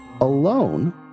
alone